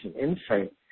insight